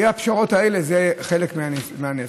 האי-התפשרות היא חלק מהנס.